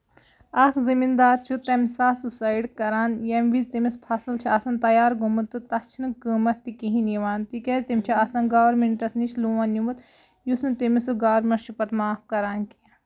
اکھ زٔمیٖن دار چھُ تَمہِ ساتہٕ سوٚسایڈ کران ییٚمہِ وِزِ تٔمِس فَصٕل چھُ آسان تَیار گوٚومُت تہٕ تَتھ چھُنہٕ قۭمَتھ تہِ کِہینۍ یِوان تِکیازِ تِم چھِ آسان گورمینٹَس نِش لون نِمُت یُس نہٕ تٔمِس سُہ گورمینٹ چھُ پتہٕ معاف کران کِینٛہہ